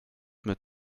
mit